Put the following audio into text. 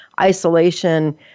isolation